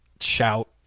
shout